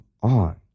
on